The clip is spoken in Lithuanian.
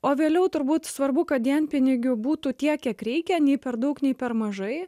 o vėliau turbūt svarbu kad dienpinigių būtų tiek kiek reikia nei per daug nei per mažai